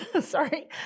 sorry